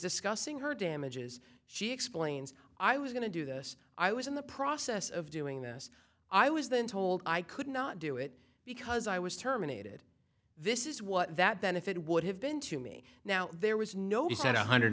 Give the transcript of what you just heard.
discussing her damages she explains i was going to do this i was in the process of doing this i was then told i could not do it because i was terminated this is what that benefit would have been to me now there was no he said one hundred